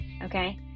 Okay